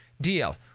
deal